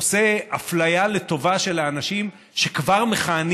עושה אפליה לטובה של האנשים שכבר מכהנים